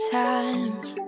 times